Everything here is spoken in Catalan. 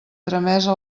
tramesa